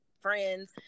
friends